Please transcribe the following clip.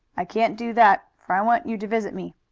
i can't do that, for i want you to visit me.